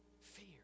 Fear